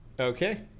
Okay